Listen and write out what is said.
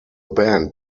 band